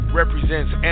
represents